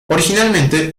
originalmente